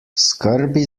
skrbi